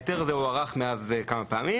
ההיתר הזה הוארך מאז כמה פעמים,